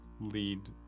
lead